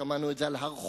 שמענו את זה על הר-חומה,